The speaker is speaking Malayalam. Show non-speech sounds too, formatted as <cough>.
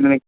<unintelligible>